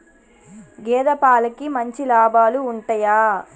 గేదే పాలకి మంచి లాభాలు ఉంటయా?